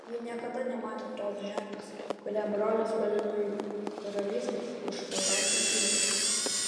ji niekada nematė tos žemės kurią brolis vadino jų karalystės už siaurosios jūros